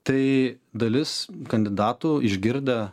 tai dalis kandidatų išgirdę